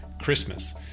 Christmas